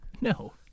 no